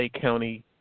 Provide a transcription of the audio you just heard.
County